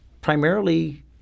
primarily